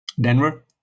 denver